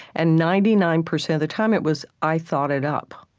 and ninety nine percent of the time it was i thought it up.